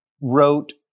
wrote